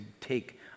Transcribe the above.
take